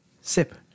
Sip